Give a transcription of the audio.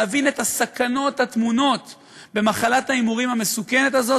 להבין את הסכנות הטמונות במחלת ההימורים המסוכנת הזאת,